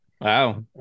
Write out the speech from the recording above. Wow